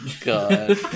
God